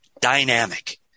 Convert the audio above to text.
dynamic